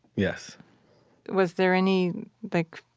yes was there any, like,